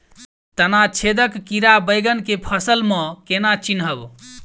तना छेदक कीड़ा बैंगन केँ फसल म केना चिनहब?